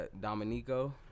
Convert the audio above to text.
Dominico